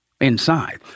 Inside